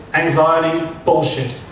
anxiety, bullshit.